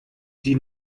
die